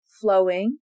flowing